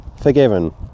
forgiven